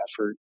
effort